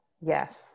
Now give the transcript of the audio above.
Yes